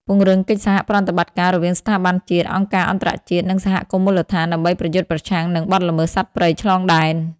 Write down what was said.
ពង្រឹងកិច្ចសហប្រតិបត្តិការ រវាងស្ថាប័នជាតិ អង្គការអន្តរជាតិ និងសហគមន៍មូលដ្ឋាន ដើម្បីប្រយុទ្ធប្រឆាំងនឹងបទល្មើសសត្វព្រៃឆ្លងដែន។